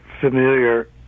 familiar